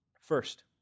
First